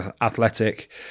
athletic